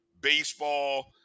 Baseball